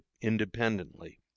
independently